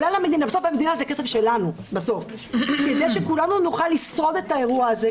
המדינה זה כסף שלנו בסוף כדי שכולנו נוכל לשרוד את האירוע הזה.